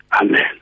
Amen